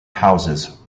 houses